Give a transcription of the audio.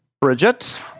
Bridget